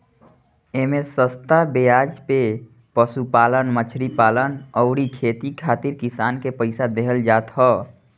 एमे सस्ता बेआज पे पशुपालन, मछरी पालन अउरी खेती करे खातिर किसान के पईसा देहल जात ह